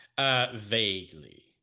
Vaguely